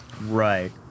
Right